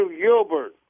Gilbert